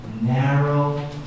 narrow